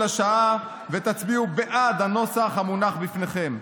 השעה ותצביעו בעד הנוסח המונח בפניכם.